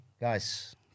Guys